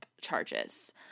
charges